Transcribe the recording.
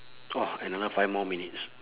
!wah! another five more minutes